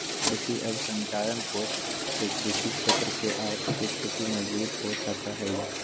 कृषि अवसरंचना कोष से कृषि क्षेत्र के आर्थिक स्थिति मजबूत हो सका हई